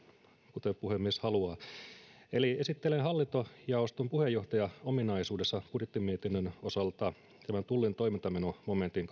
kuten puhemies haluaa eli esittelen hallintojaoston puheenjohtajan ominaisuudessa budjettimietinnön osalta tullin toimintamenomomentin